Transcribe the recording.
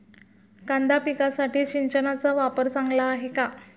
कांदा पिकासाठी सिंचनाचा वापर चांगला आहे का?